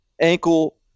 ankle